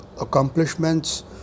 accomplishments